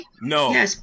no